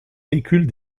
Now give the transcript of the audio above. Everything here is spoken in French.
véhicules